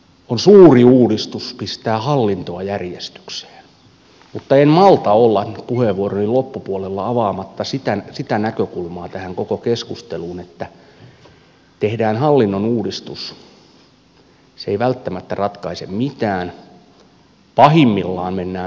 on suuri uudistus pistää hallintoa järjestykseen mutta en malta olla puheenvuoroni loppupuolella avaamatta sitä näkökulmaa tähän koko keskusteluun että kun tehdään hallinnon uudistus se ei välttämättä ratkaise mitään pahimmillaan mennään ojasta allikkoon